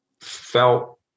felt